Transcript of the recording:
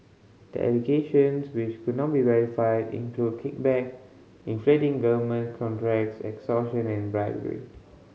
the allegations which could not be verified include kickback inflating government contracts extortion and bribery